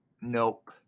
Nope